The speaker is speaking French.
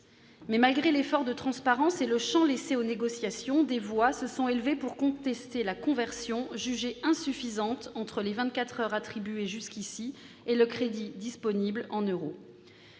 Mais, malgré l'effort de transparence et le champ laissé aux négociations, des voix se sont élevées pour contester la conversion, jugée insuffisante, entre les vingt-quatre heures attribuées jusqu'à présent et le crédit disponible en euros.